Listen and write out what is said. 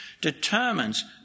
determines